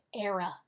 era